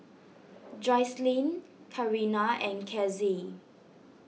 Jocelynn Karina and Casie